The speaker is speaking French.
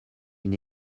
une